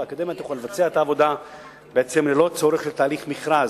והאקדמיה תוכל לבצע את העבודה בעצם ללא צורך בתהליך מכרז,